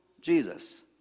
jesus